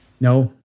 No